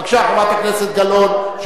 בבקשה, חברת הכנסת גלאון.